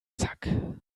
zack